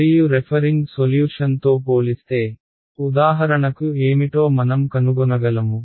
మరియు రెఫరింగ్ సొల్యూషన్తో పోలిస్తే ఉదాహరణకు ఏమిటో మనం కనుగొనగలము